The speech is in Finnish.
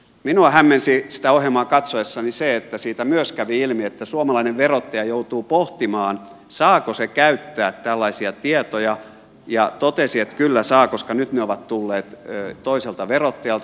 minua hämmensi sitä ohjelmaa katsoessani se että siitä myös kävi ilmi että suomalainen verottaja joutuu pohtimaan saako se käyttää tällaisia tietoja ja se totesi että kyllä saa koska nyt ne ovat tulleet toiselta verottajalta